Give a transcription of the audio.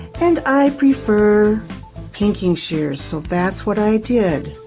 and i prefer pinking shears so that's what i did.